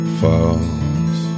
falls